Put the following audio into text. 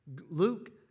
Luke